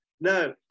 No